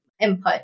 input